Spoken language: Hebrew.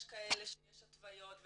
יש כאלה שיש התוויות,